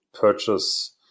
purchase